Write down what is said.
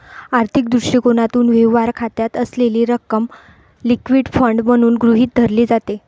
आर्थिक दृष्टिकोनातून, व्यवहार खात्यात असलेली रक्कम लिक्विड फंड म्हणून गृहीत धरली जाते